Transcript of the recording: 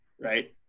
Right